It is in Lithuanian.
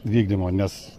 vykdymo nes